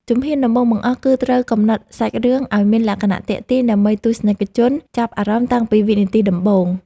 ជំហានដំបូងបង្អស់គឺត្រូវកំណត់សាច់រឿងឱ្យមានលក្ខណៈទាក់ទាញដើម្បីឱ្យទស្សនិកជនចាប់អារម្មណ៍តាំងពីវិនាទីដំបូង។